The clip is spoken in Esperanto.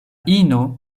ino